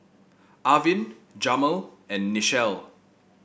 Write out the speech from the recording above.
Arvin Jamel and Nichelle